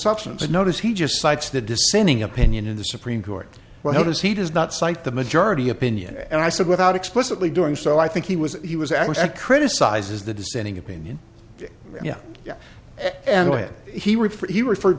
substance and notice he just cites the dissenting opinion in the supreme court well how does he does not cite the majority opinion and i said without explicitly doing so i think he was he was actually that criticizes the dissenting opinion yeah yeah and when he referred